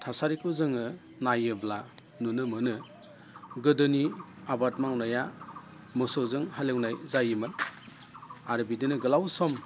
थासारिखौ जोङो नायोब्ला नुनो मोनो गोदोनि आबाद मावनाया मोसौजों हालेवनाय जायोमोन आरो बिदिनो गोलाव सम